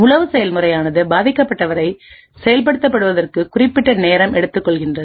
உளவு செயல்முறை ஆனது பாதிக்கப்பட்டவரை செயல்படுத்துவதற்கு குறிப்பிட்ட நேரத்தை எடுத்துக் கொள்கின்றது